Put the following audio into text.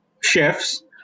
chefs